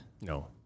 No